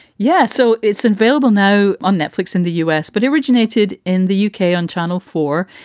yes. so it's available now on netflix in the u s, but originated in the u k. on channel four.